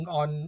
on